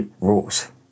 rules